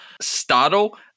startle